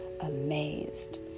amazed